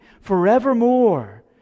forevermore